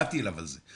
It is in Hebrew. באתי אליו על זה,